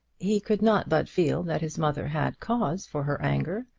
he could not but feel that his mother had cause for her anger.